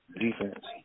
defense